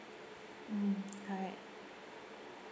mm correct